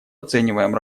оцениваем